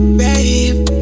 babe